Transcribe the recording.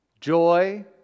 joy